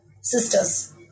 sisters